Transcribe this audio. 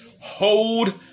Hold